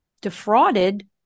defrauded